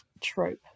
trope